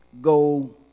go